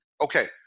Okay